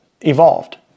evolved